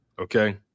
Okay